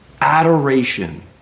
adoration